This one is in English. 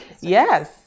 yes